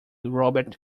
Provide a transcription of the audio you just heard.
robert